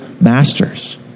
masters